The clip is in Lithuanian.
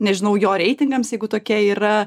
nežinau jo reitingams jeigu tokie yra